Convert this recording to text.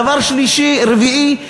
דבר רביעי,